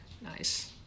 Nice